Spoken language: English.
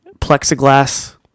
plexiglass